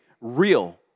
real